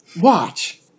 Watch